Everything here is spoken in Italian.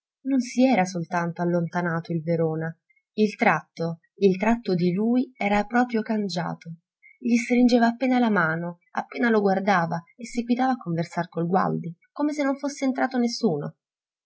non si era soltanto allontanato il verona il tratto il tratto di lui era proprio cangiato gli stringeva appena la mano appena lo guardava e seguitava a conversar col gualdi come se non fosse entrato nessuno